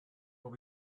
will